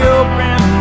open